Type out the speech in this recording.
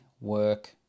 work